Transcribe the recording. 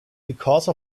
because